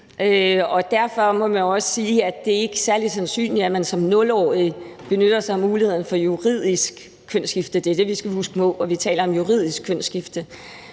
Og derfor er det ikke særlig sandsynligt, at man som 0-årig benytter sig af muligheden for juridisk kønsskifte – vi skal huske på, at vi taler om juridisk kønsskifte